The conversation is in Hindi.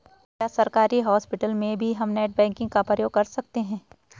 क्या सरकारी हॉस्पिटल में भी हम नेट बैंकिंग का प्रयोग कर सकते हैं?